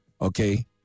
okay